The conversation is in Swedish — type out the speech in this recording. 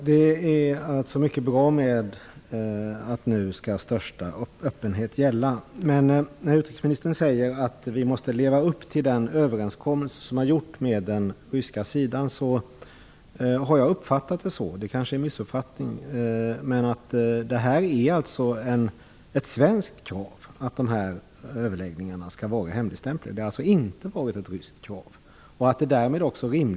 Fru talman! Det är mycket bra att största möjliga öppenhet nu skall gälla. Utrikesministern säger att vi måste leva upp till den överenskommelse som har gjorts med den ryska sidan. Men jag har uppfattat det som att det är ett svenskt krav att dessa överläggningar skall vara hemligstämplade. Det kanske är en missuppfattning. Det har alltså inte varit ett ryskt krav.